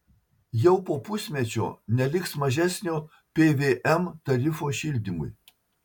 jau po pusmečio neliks mažesnio pvm tarifo šildymui